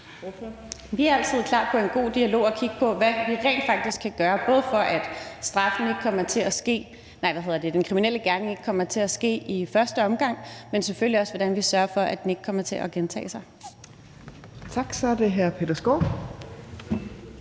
Vi er altid klar til en god dialog og til at kigge på, hvad vi rent faktisk kan gøre, både for at den kriminelle gerning ikke bliver udført i første omgang, men selvfølgelig også for at sikre, at den ikke kommer til at gentage sig.